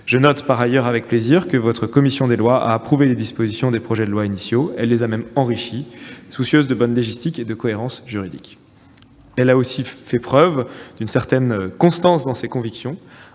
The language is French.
Je note avec plaisir que la commission des lois du Sénat a approuvé les dispositions des projets de loi initiaux. Elle les a même enrichis, soucieuse de bonne légistique et de cohérence juridique. Elle a aussi fait preuve d'une certaine constance dans ses convictions,